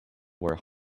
where